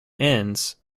ends